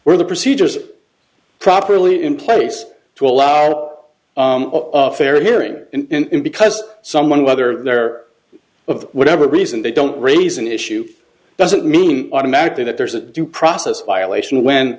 were the procedures properly in place to allow a fair hearing and because someone whether there of whatever reason they don't raise an issue doesn't mean automatically that there's a due process violation when